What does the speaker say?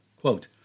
Quote